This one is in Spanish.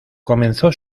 comenzó